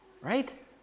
Right